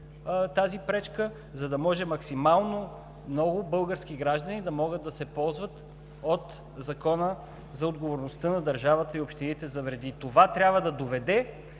тази пречка, за да може максимално много български граждани да могат да се ползват от Закона за отговорността на държавата и общините за вреди. Това трябва да доведе